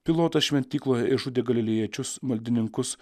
pilotas šventykloje išžudė galilėjiečius maldininkus